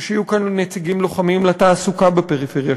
ושיהיו כאן נציגים לוחמים לתעסוקה בפריפריה,